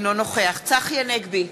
אינו נוכח צחי הנגבי,